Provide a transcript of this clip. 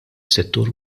settur